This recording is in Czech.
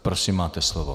Prosím, máte slovo.